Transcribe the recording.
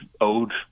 owed